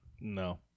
No